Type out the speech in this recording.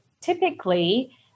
typically